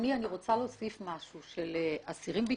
לאסירים הביטחוניים,